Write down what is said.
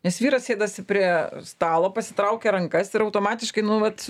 nes vyras sėdasi prie stalo pasitraukia rankas ir automatiškai nu vat